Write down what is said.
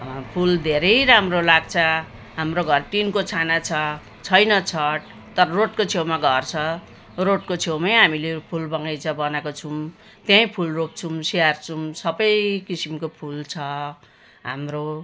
फुल धेरै राम्रो लाग्छ हाम्रो घर टिनको छाना छ छैन छत तर रोडको छेउमा घर छ रोडको छेउमै हामीले फुल बगैँचा बनाएको छौँ त्यहीँ फुल रोप्छौँ स्याहार्छौँ सबै किसिमको फुल छ हाम्रो